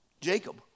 jacob